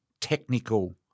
technical